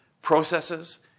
processes